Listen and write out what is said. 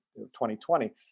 2020